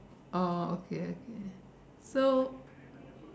oh okay okay so